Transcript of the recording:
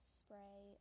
spray